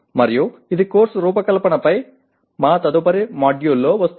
మరియు ఇది కోర్సు రూపకల్పనపై మా తదుపరి మాడ్యూల్లో వస్తుంది